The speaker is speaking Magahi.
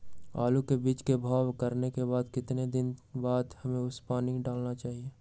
आलू के बीज के भाव करने के बाद कितने दिन बाद हमें उसने पानी डाला चाहिए?